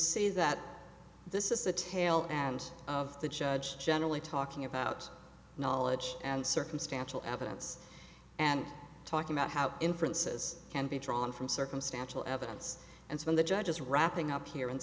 see that this is the tail end of the judge generally talking about knowledge and circumstantial evidence and talking about how inferences can be drawn from circumstantial evidence and from the judge's wrapping up here and